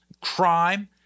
crime